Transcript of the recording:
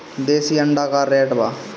देशी अंडा का रेट बा?